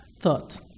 thought